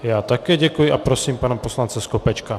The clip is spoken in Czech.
Já také děkuji a prosím pana poslance Skopečka.